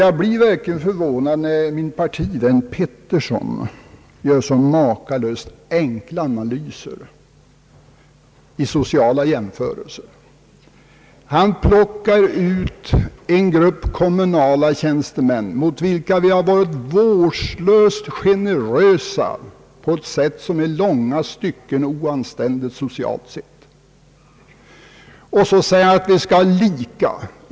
Jag blir verkligen förvånad när min partivän herr Georg Pettersson gör så makalöst enkla analyser i samband med sociala jämförelser. Han plockar ut en grupp kommunala tjänstemän mot vilka vi har varit vårdslöst generösa på ett sätt som i långa stycken är oanständigt, socialt sett. Han säger att riksdagsuppdraget och dessa kommunala förtroendeuppdrag skall behandlas lika i detta avseende.